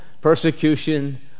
persecution